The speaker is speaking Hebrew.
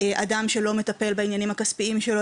אדם שלא מטפל בעניינים הכספיים שלו,